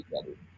together